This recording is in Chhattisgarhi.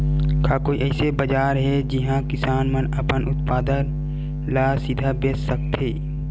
का कोई अइसे बाजार हे जिहां किसान मन अपन उत्पादन ला सीधा बेच सकथे?